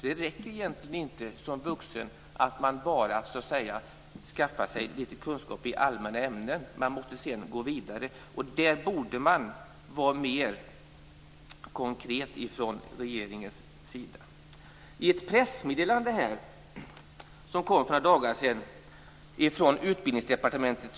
Det räcker inte att som vuxen skaffa sig litet kunskap i allmänna ämnen. Regeringen borde vara mer konkret. För några dagar sedan kom ett pressmeddelande från Utbildningsdepartementet.